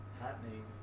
happening